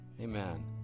Amen